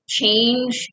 change